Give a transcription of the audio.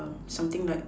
something like